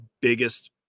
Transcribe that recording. biggest